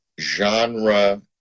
genre